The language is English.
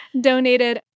donated